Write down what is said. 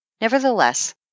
Nevertheless